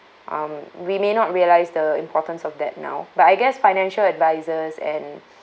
um we may not realise the importance of that now but I guess financial advisors and